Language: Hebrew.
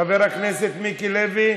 חבר הכנסת מיקי לוי,